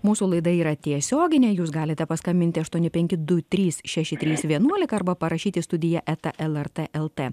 mūsų laida yra tiesioginė jūs galite paskambinti aštuoni penki du trys šeši trys vienuolika arba parašyti studija eta lrt lt